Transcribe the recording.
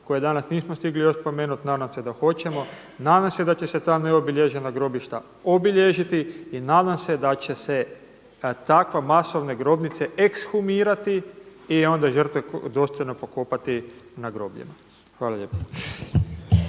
koje danas nismo stigli još spomenuti, nadam se da hoćemo. Nadam se da će se ta neobilježena grobišta obilježiti i nadam se da će se takve masovne grobnice ekshumirati i onda žrtve dostojno pokopati na grobljima. Hvala lijepa.